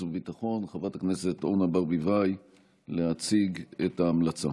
וביטחון חברת הכנסת אורנה ברביבאי להציג את ההמלצה.